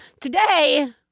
today